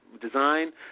design